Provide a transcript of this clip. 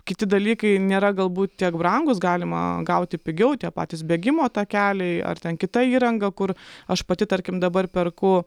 kiti dalykai nėra galbūt tiek brangūs galima gauti pigiau tie patys bėgimo takeliai ar ten kita įranga kur aš pati tarkim dabar perku